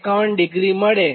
51° મળે